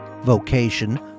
vocation